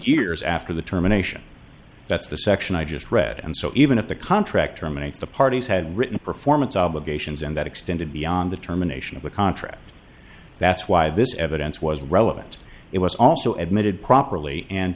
years after the terminations that's the section i just read and so even if the contract terminates the parties had written performance obligations and that extended beyond the terminations the contract that's why this evidence was relevant it was also admitted properly and